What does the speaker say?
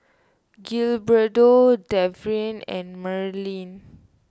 Gilberto Trevion and Marylyn